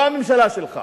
לא הממשלה שלך.